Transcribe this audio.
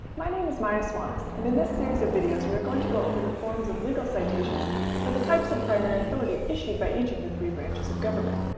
my name is maya swanes, and in this series of videos we are going to go over the forms of legal citation for the types of primary authority issued by each of the three branches of government.